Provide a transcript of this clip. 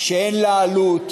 שאין לה עלות.